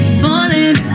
falling